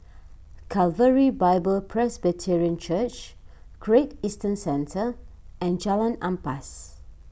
Calvary Bible Presbyterian Church Great Eastern Centre and Jalan Ampas